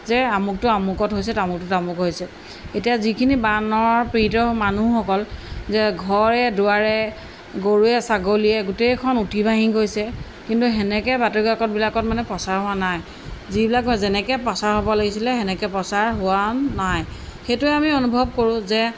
যে আমুকটো আমুকত হৈছে তামুকটো তামুকত হৈছে এতিয়া যিখিনি বানৰ পীড়িত মানুহসকল যে ঘৰে দুৱাৰে গৰুৱে ছাগলীয়ে গোটেইখন উটি ভাঁহি গৈছে কিন্তু তেনেকৈ বাতৰিকাকতবিলাকত মানে প্ৰচাৰ হোৱা নাই যিবিলাক যেনেকৈ প্ৰচাৰ হ'ব লাগিছিলে তেনেকৈ প্ৰচাৰ হোৱা নাই সেইটোৱে আমি অনুভৱ কৰোঁ যে